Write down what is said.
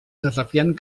desafiant